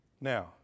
Now